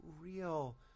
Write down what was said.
real